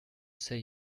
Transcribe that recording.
say